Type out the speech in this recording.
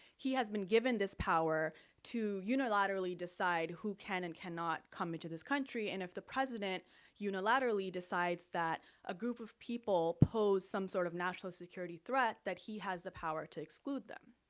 he has been given this power to unilaterally decide who can and cannot come into this country, and if the president unilaterally decides that a group of people pose some sort of national security threat, that he has the power to exclude them.